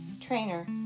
Trainer